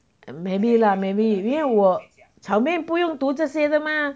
and maybe lah maybe 没有我炒面不用读这些的吗